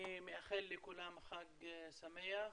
אני מאחל לכולם חג שמח,